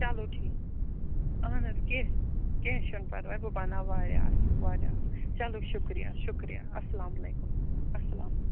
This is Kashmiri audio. چلو ٹھیٖک اہن حظ کینٛہہ کینٛہہ چھُنہٕ پرواے بہٕ بناو واریاہ اصل واریاہ چلو شُکریہ شُکریہ اسلام علیکُم اسلام